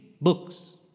books